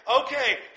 okay